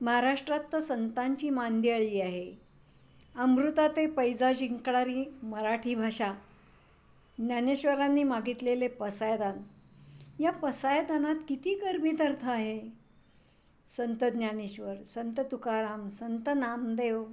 महाराष्ट्रात तर संतांची मांदियाळी आहे अमृताते पैजा जिंकणारी मराठी भाषा ज्ञानेश्वरांनी मागितलेले पसायदान या पसायदानात किती गर्भित अर्थ आहे संत ज्ञानेश्वर संत तुकाराम संत नामदेव